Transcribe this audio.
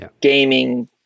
gaming